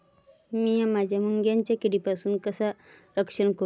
मीया माझ्या मुगाचा किडीपासून कसा रक्षण करू?